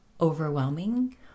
overwhelming